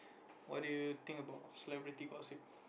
what do you think about celebrity gossip